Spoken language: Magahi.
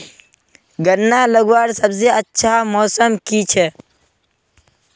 गन्ना लगवार सबसे अच्छा मौसम की छे?